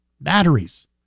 Batteries